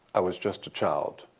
i was just a child.